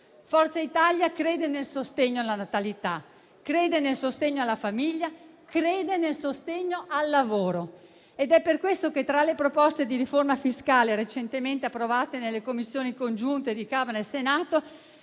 Forza Italia crede nel sostegno alla natalità, crede nel sostegno alla famiglia e al lavoro ed è per questo che, tra le proposte di riforma fiscale recentemente approvate nelle competenti Commissioni congiunte di Camera e Senato,